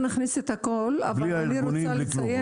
בלי ארגונים ובלי כלום.